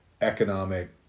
economic